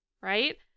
Right